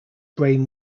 brain